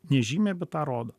nežymiai bet parodo